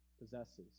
possesses